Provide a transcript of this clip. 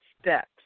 steps